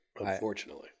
unfortunately